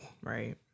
Right